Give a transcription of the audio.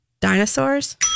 Dinosaurs